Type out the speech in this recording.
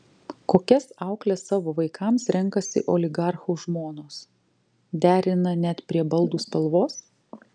kokias aukles savo vaikams renkasi oligarchų žmonos derina net prie baldų spalvos